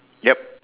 ya